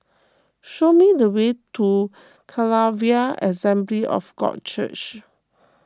show me the way to Calvary Assembly of God Church